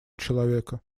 человека